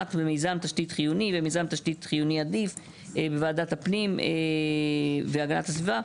מיזם תשתית חיוני ומיזם תשתית חיוני עדיף בוועדת הפנים והגנת הסביבה,